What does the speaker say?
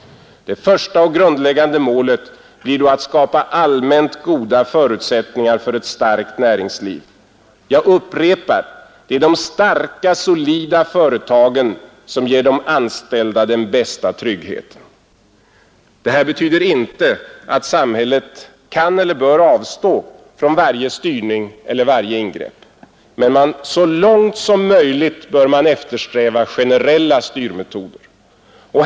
Det första och grundläggande målet bli då att skapa allmänt goda förutsättningar för ett starkt näringliv. Jag upprepar: Det är de starka, solida företagen som ger de anställda den bästa tryggheten. Det här betyder inte att samhället kan eller bör avstå från varje styrning eller varje ingrepp, men så långt det är möjligt bör man eftersträva generella styrmetoder.